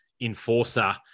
enforcer